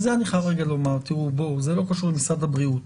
אני חייב לומר משהו שלא קשור למשרד הבריאות.